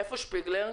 איפה שפיגלר?